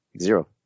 Zero